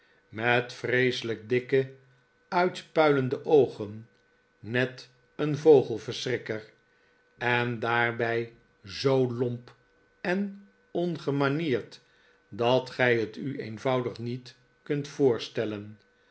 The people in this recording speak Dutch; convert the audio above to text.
met vreeselijk dikke uitpuilende oogen net een vogelverschrikker en daarbij zoo lomp en ongemanierd dat gij t u eenvoudig niet kunt voorstellen